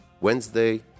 Wednesday